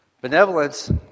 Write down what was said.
Benevolence